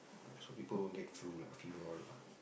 uh so people won't get flu lah fever all lah